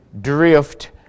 drift